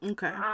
Okay